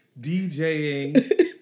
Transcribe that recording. djing